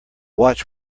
watch